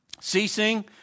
ceasing